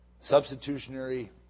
substitutionary